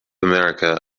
america